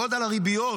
בעוד שעל הריביות